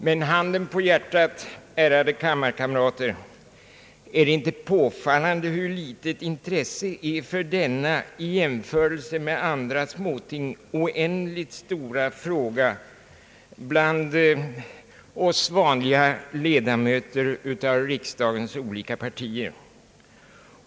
Men handen på hjärtat, ärade kammarkamrater, — är det inte påfallande hur litet intresset är för denna i jämförelse med småärenden så oändligt stora fråga bland oss vanliga ledamöter av riksdagens olika partier?